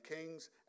kings